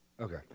Okay